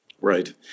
Right